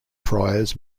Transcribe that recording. friars